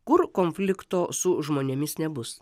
kur konflikto su žmonėmis nebus